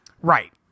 Right